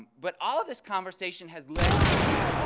but all of this conversation has led me